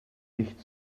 nicht